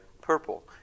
purple